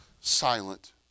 silent